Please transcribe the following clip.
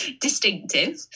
Distinctive